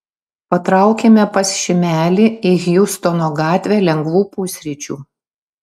patraukėme pas šimelį į hjustono gatvę lengvų pusryčių